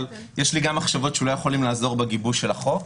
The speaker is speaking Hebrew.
אבל יש לי גם מחשבות שאולי יכולות לעזור בגיבוש של החוק.